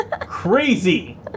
crazy